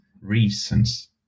reasons